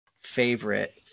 favorite